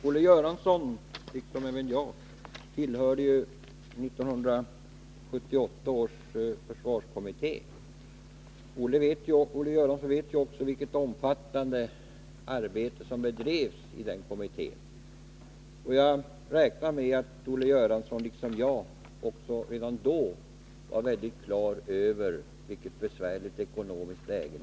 Herr talman! Liksom jag tillhörde Olle Göransson 1978 års försvarskommitté. Olle Göransson vet också vilket omfattande arbete som bedrevs i den kommittén, och jag räknar med att Olle Göransson på samma sätt som jag redan då var helt klar över den svenska statens besvärliga ekonomiska läge.